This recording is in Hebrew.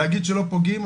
להגיד שלא פוגעים,